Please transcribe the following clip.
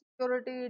security